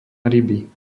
ryby